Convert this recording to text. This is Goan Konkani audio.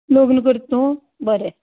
लोग्ल करता तूं बरें